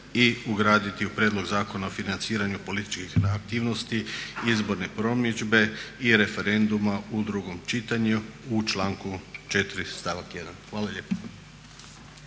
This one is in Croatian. i ugraditi u prijedlog Zakona o financiranju političkih aktivnosti, izborne promidžbe i referenduma u drugom čitanju u članku 4. stavak 1. Hvala lijepa.